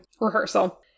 rehearsal